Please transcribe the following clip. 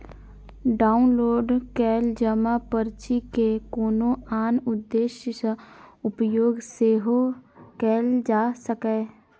download कैल जमा पर्ची के कोनो आन उद्देश्य सं उपयोग सेहो कैल जा सकैए